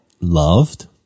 loved